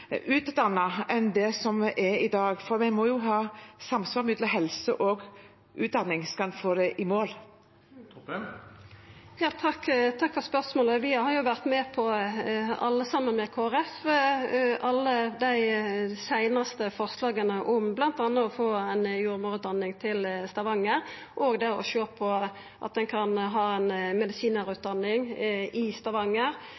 enn i dag? For vi må jo ha samsvar mellom behovene i helsevesenet og utdanning skal vi komme i mål. Takk for spørsmålet. Vi har vore med på, saman med Kristeleg Folkeparti, alle dei seinaste forslaga, bl.a. om å få ei jordmorutdanning til Stavanger, og òg om å sjå på at ein kan ha